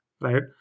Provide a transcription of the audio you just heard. right